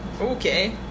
Okay